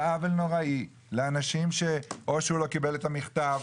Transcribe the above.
זה עוול נוראי לאנשים שאו שהוא לא קיבל את המכתב,